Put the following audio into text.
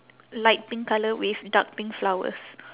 light pink colour with dark pink flowers